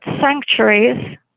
sanctuaries